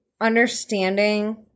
understanding